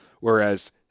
whereas –